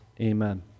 Amen